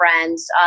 friends